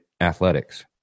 athletics